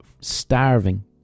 starving